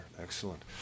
excellent